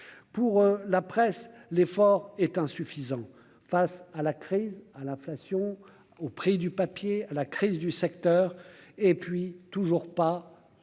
pour la presse, l'effort est insuffisant face à la crise à l'inflation au prix du papier à la crise du secteur et puis toujours pas